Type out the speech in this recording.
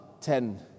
ten